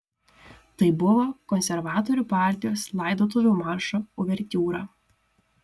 tai buvo konservatorių partijos laidotuvių maršo uvertiūra